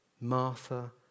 Martha